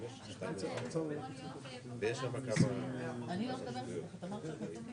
יש גם בתי גיל זהב בהפעלת משרד השיכון ובהפעלת חברות נוספות.